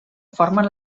formen